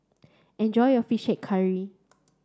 enjoy your fish head curry